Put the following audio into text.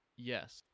Yes